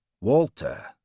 Walter